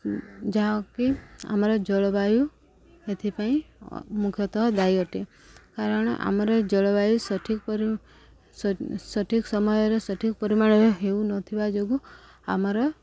ଯାହାକି ଆମର ଜଳବାୟୁ ଏଥିପାଇଁ ମୁଖ୍ୟତଃ ଦାୟୀ ଅଟେ କାରଣ ଆମର ଜଳବାୟୁ ସଠିକ ପ ସଠିକ ସମୟରେ ସଠିକ୍ ପରିମାଣରେ ହେଉନଥିବା ଯୋଗୁଁ ଆମର